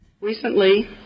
Recently